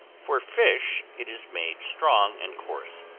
for fish it is made strong and coarse,